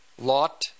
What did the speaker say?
lot